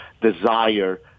desire